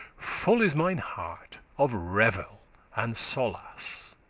full is mine heart of revel and solace.